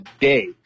day